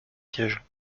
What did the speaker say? siège